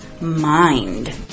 mind